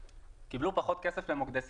קיבלו פחות כסף למוקדי סיכון,